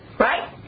Right